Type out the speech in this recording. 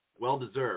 Well-deserved